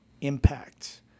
Impact